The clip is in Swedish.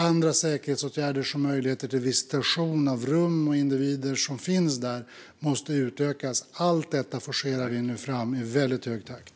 Andra säkerhetsåtgärder, som möjligheter till visitation av rum och individer som finns där, måste utökas. Allt detta forcerar vi nu fram i väldigt hög takt.